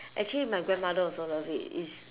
actually my grandmother also love it is